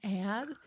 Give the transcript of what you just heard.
add